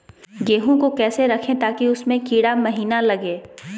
गेंहू को कैसे रखे ताकि उसमे कीड़ा महिना लगे?